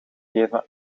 geven